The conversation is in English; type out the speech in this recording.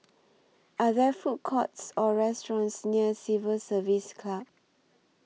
Are There Food Courts Or restaurants near Civil Service Club